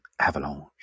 Avalanche